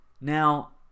Now